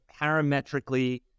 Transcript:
parametrically